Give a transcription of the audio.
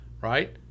right